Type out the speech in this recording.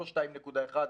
לא 2.1,